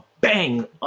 bang